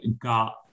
got